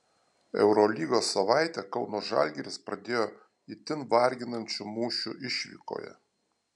eurolygos savaitę kauno žalgiris pradėjo itin varginančiu mūšiu išvykoje